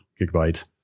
Gigabyte